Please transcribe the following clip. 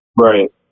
Right